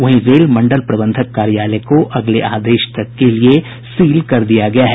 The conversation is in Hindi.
वहीं रेल मंडल प्रबंधक कार्यालय को अगले आदेश तक के लिए सील कर दिया गया है